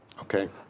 Okay